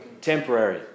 Temporary